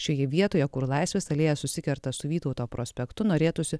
šioje vietoje kur laisvės alėja susikerta su vytauto prospektu norėtųsi